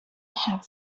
have